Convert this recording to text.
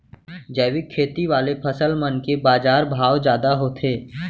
जैविक खेती वाले फसल मन के बाजार भाव जादा होथे